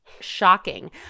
shocking